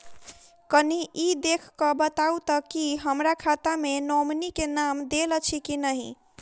कनि ई देख कऽ बताऊ तऽ की हमरा खाता मे नॉमनी केँ नाम देल अछि की नहि?